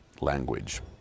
language